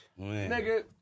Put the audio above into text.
Nigga